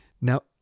Now